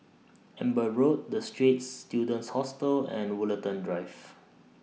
Amber Road The Straits Students Hostel and Woollerton Drive